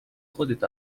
خودت